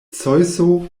zeŭso